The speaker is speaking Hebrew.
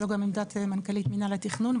זו גם עמדת מנכ"לית מינהל התכנון.